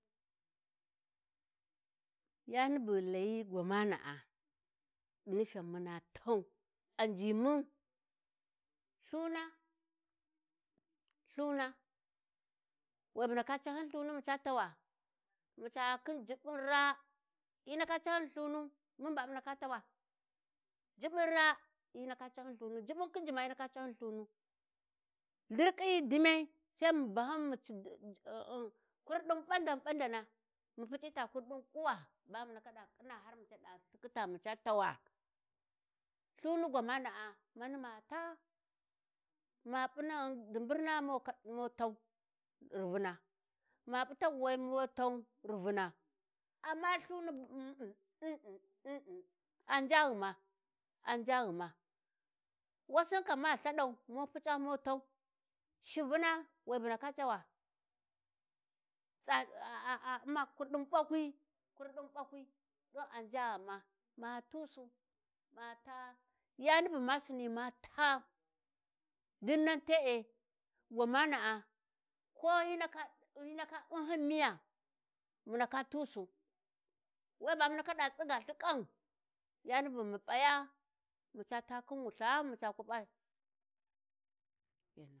﻿Yani bu ghi layi gwamana'a di nifen muna tau, a ngimun Lthuna Lthuna, we bu ndaka ca hyin Lthuni mu ca tawa, mu ca khin juɓɓun raa hyi ndaka ca hyun Lthunu, mun ba mu ndaka tawa juɓɓun raa hyi ndaka cahyin Lthunu jiuɓɓun khiji ma hyi ndaka cahyin Lthunu Lhirƙhiyi dimyai sai m bahyum mu ci um-um kurɗin ɓandan ɓandana mu puc'i ta kurɗin Kuwa ba mu ndaka ɗa khina har muca ɗa lthikkita maca tawa? Lthuni gwamana'a mana ma taa ma p'u naghin diburna mu ka mu tau rivuna, amma Lthuni hesitation ai njaghuma, ai njaghuma, wassin kam ma Lthadan mu p’uda mu tau shivuna wai bu ndaka cawa tsadaa u'ma Kurɗin ɓakwi Kurɗin bakwi ɗin ai njaghuma ma tusu ma taa, yani bu ma Sinni mataa dinnan te'e gwamana'a ko hyi ndaka hyı ndaka umhyum miya mu ndaka tumusu We ba mu ndaka ɗa tsiga Lhiƙan Yani bu mu p'aya, mu ca taa khin Wulthaa mu ca ku p'a.